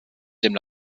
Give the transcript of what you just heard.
dem